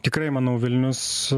tikrai manau vilnius